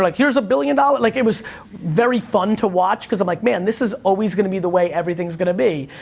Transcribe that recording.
like here's a billion, ah but like, it was very fun to watch, cause i'm like, man, this is always gonna be the way everything's gonna be.